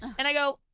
and i go,